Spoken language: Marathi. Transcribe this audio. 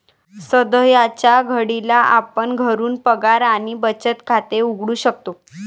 सध्याच्या घडीला आपण घरून पगार आणि बचत खाते उघडू शकतो